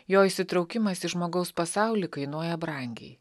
jo įsitraukimas į žmogaus pasaulį kainuoja brangiai